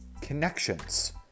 connections